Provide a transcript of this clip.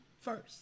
first